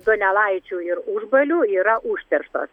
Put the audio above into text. donelaičių ir užbalių yra užterštos